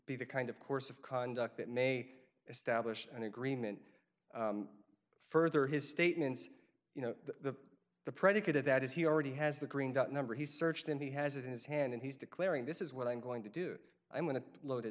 be the kind of course of conduct that may establish an agreement further his statements you know the the predicate of that is he already has the green dot number he searched and he has it in his hand and he's declaring this is what i'm going to do i'm going to load